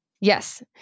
Yes